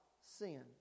sin